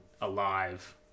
alive